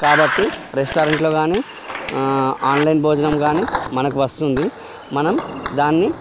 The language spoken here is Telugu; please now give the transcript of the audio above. కాబట్టి రెస్టారెంట్లో గానీ ఆన్లైన్ భోజనం కానీ మనకు వస్తుంది మనం దాన్ని